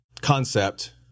concept